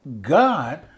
God